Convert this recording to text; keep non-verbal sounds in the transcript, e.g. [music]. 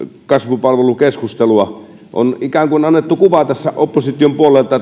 kasvupalvelukeskustelua on ikään kuin annettu kuva opposition puolelta [unintelligible]